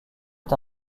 est